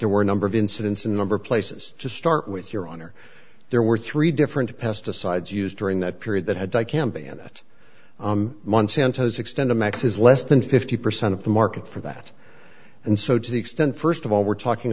there were a number of incidents a number of places to start with your honor there were three different pesticides used during that period that had to camp and that monsanto's extent of max is less than fifty percent of the market for that and so to the extent first of all we're talking